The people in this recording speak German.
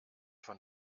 von